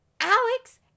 Alex